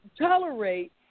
tolerate